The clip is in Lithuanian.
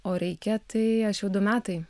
o reikia tai aš jau du metai